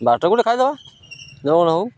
ବାଟରେ କୋଉଠି ଗୋଟେ ଖାଇଦେବା